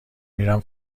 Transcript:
میرم